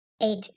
eight